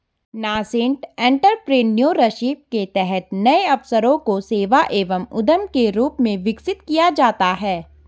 nascent entrepreneurship के तहत नए अवसरों को सेवा एवं उद्यम के रूप में विकसित किया जाता है